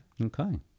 okay